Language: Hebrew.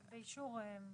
באישור.